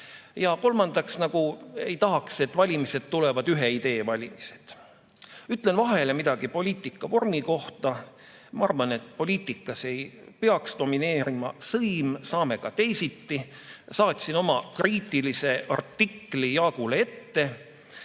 ja kolmandaks, ei tahaks, et valimised tulevad ühe idee valimised. Ütlen vahele midagi poliitika vormi kohta. Ma arvan, et poliitikas ei peaks domineerima sõim, saame ka teisiti. Saatsin oma kriitilise artikli Jaagule ette.